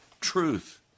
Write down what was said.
truth